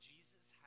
Jesus